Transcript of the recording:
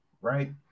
right